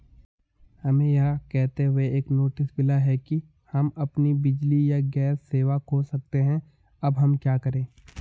हमें यह कहते हुए एक नोटिस मिला कि हम अपनी बिजली या गैस सेवा खो सकते हैं अब हम क्या करें?